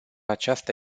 aceasta